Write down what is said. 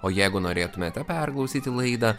o jeigu norėtumėte perklausyti laidą